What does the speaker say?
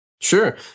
Sure